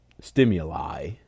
stimuli